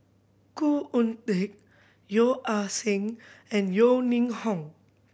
Khoo Oon Teik Yeo Ah Seng and Yeo Ning Hong